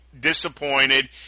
disappointed